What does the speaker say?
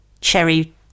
cherry